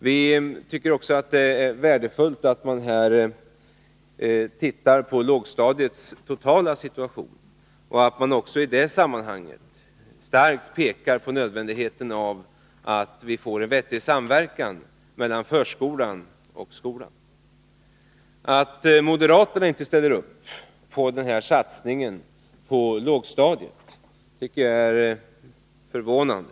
Vi tycker också att det är värdefullt att titta på lågstadiets totala situation och att också i det sammanhanget starkt peka på nödvändigheten av att vi får en vettig samverkan mellan förskolan och skolan. Att moderaterna inte ställer sig bakom denna satsning på lågstadiet är förvånande.